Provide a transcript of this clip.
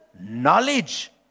knowledge